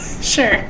sure